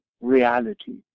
reality